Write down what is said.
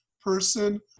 person